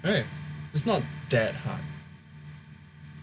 right it's not that hard